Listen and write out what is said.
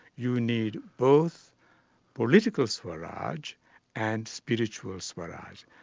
you need both political swaraj and spiritual swaraj.